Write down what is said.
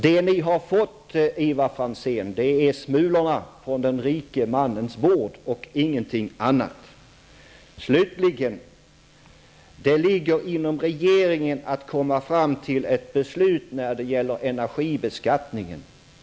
Det ni har fått, Ivar Franzén, är smulorna från den rike mannens bord och ingenting annat. Slutligen: Det ankommer på regeringen att nå fram till ett beslut när det gäller energibeskattningen.